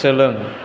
सोलों